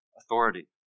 authority